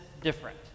different